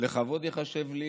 לכבוד ייחשב לי,